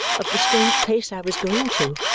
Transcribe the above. of the strange place i was going to,